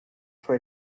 for